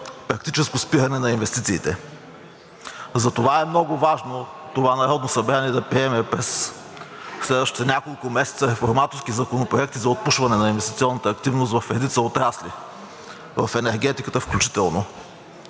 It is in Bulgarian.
практическо спиране на инвестициите. Затова е много важно това Народно събрание да приеме през следващите няколко месеца реформаторски законопроекти за отпушване на инвестиционната активност в редица отрасли, в енергетиката включително.